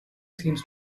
seems